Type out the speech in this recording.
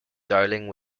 dowling